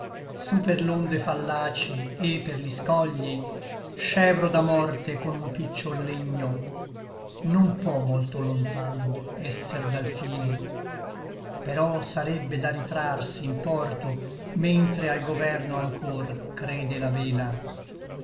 per l'onde fallaci et per gli scogli scevro da morte con un picciol legno non pò molto lontan esser dal fine però sarrebbe da ritrarsi in porto mentre al governo anchor crede la vela